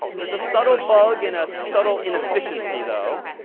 there's a subtle bug and a subtle inefficiency though.